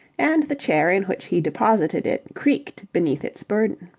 and the chair in which he deposited it creaked beneath its burden.